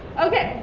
okay,